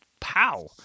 pow